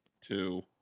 two